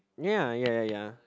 ya ya ya ya